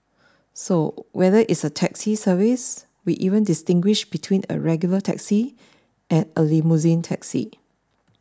so whether it's a taxi service we even distinguish between a regular taxi and a limousine taxi